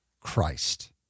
Christ